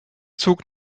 zug